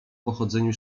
pochodzeniu